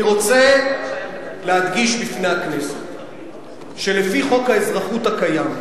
אני רוצה להדגיש בפני הכנסת שלפי חוק האזרחות הקיים היום,